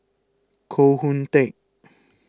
Koh Hoon Teck